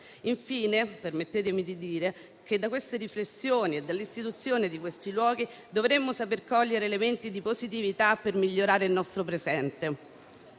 Infine, permettetemi di dire che, da queste riflessioni e dall'istituzione di luoghi come questo, dovremmo saper cogliere elementi di positività, per migliorare il nostro presente.